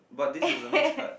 but this was the next card